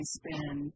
spend